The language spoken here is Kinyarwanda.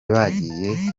bagiye